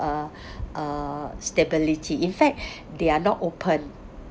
uh uh stability in fact they are not opened